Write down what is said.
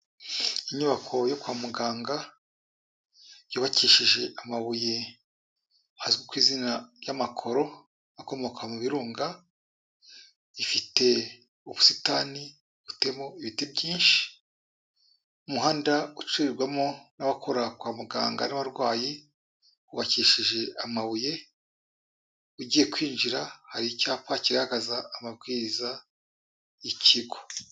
Inyubako yo kwa muganga, yubakishije amabuye azwi ku izina ry'amakoro akomoka mu birunga, ifite ubusitani buteyemo ibiti byinshi, umuhanda ucirwamo n'abakora kwa muganga n'abarwayi, wubakishije amabuye, ugiye kwinjira hari icyapa kigaragaza amabwiriza y'ikigo.